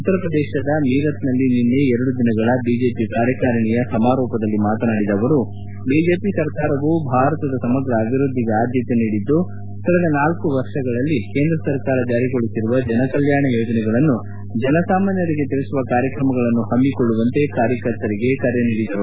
ಉತ್ತರ ಪ್ರದೇಶದ ಮೀರತ್ನಲ್ಲಿ ನಿನ್ನೆ ಎರಡು ದಿನಗಳ ಬಿಜೆಪಿ ಕಾಕಾರಿಣಿಯ ಸಮಾರೋಪ ಕಾರ್ಯಕ್ರಮದಲ್ಲಿ ಮಾತನಾಡಿದ ಅವರು ಬಿಜೆಪಿ ಸರ್ಕಾರವು ಭಾರತದ ಸಮಗ್ರ ಅಭಿವೃದ್ದಿಗೆ ಆದ್ಯತೆ ನೀಡಿದ್ದು ಕಳೆದ ನಾಲ್ಕು ವರ್ಷಗಳಲ್ಲಿ ಕೇಂದ್ರ ಸರ್ಕಾರ ಜಾರಿಗೊಳಿಸಿರುವ ಜನ ಕಲ್ಲಾಣ ಯೋಜನೆಗಳನ್ನು ಜನಸಾಮಾನ್ಲರಿಗೆ ತಿಳಿಸುವ ಕಾರ್ಯಕ್ರಮಗಳನ್ನು ಹಮ್ಸಿಕೊಳ್ಳುವಂತೆ ಕಾರ್ಯಕರ್ತರಿಗೆ ಕರೆ ನೀಡಿದರು